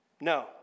No